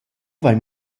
vain